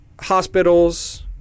hospitals